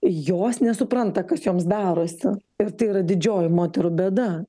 jos nesupranta kas joms darosi ir tai yra didžioji moterų bėda